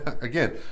Again